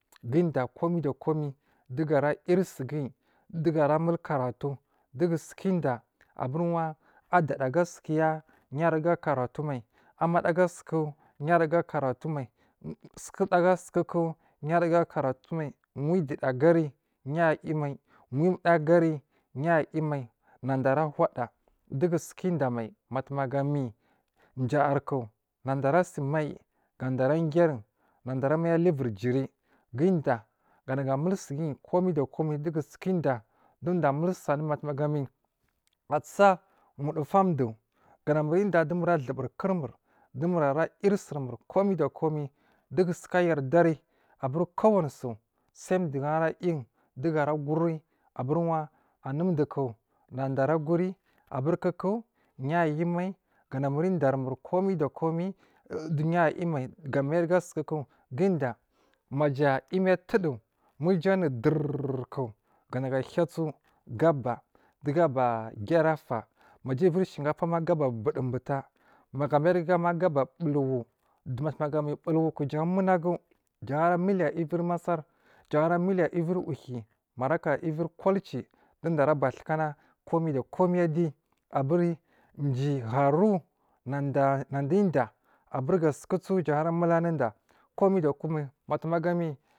Maga udiyya galibu wanduko du komai da komai dugu ara yiri sugu yi dugu ara mul karatu dugu suka diyya aburiwa a da, daa a sukuya ya a ruga yu karatu mai, amma da aga suku yaruga yu karatu mai sukuda aga sukuku yaruga yi karatu mai weyiduda a agari yayi mai, wimda aga ri ya yi mai, nada ara huda dugu suka diyya mai matumagami jayar ku nada arasi mai inada ara giyarun nada ara mai aluviri jiri ganagu a mulsu guyi komai da komai gudiyya tu du amul su anun mai a tsa wodufun du ga hamur udiyya dumur a dubur kurmur du mur ara yuri surmur komai da komai dugi yardari aburi kowani so sai gi anun dugu ara guri aburi wa anu dukuna da araguri kuku ya, yumai ganamur udar mur komai da komai yayu mai ga mai aluga sukuku gu diyya maja imi, atuduwo ma iju anu durrku ganagu ahiya so gaba ma giyara fa ma ja uviri shinkafa ma gaba budu buta magu mai aluga gabba bul woo matuma ga mi bul woo ku jan munagu jan, a miliya uvir massar jan umiliya uvir uhi maraku uvir kwalci dudowo ara ba tukana komai da komai adi aburi jiyi hour na udiyya aburiga sukuku sowo jan ara mul anu da komai da komai.